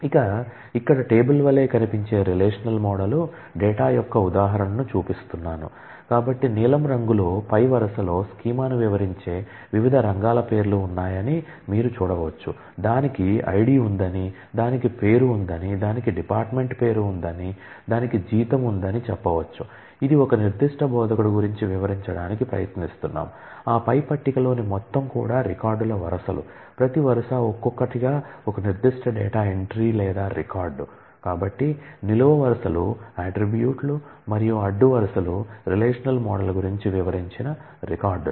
ఇక ఇక్కడ టేబుల్ మరియు అడ్డు వరుసలు రిలేషనల్ మోడల్ గురించి వివరించిన రికార్డులు